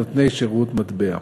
נותני שירות מטבע.